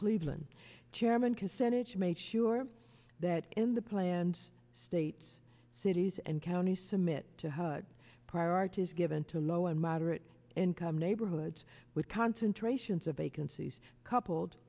cleveland chairman consented to make sure that in the planned states cities and counties submit to hug priorities given to low and moderate income neighborhoods with concentrations of vacancies coupled